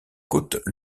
côte